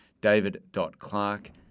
david.clark